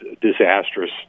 disastrous